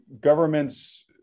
governments